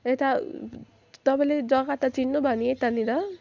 यता तपाईँले जग्गा त चिन्नुभयो नि यतानिर